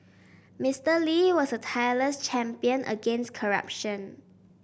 Mister Lee was a tireless champion against corruption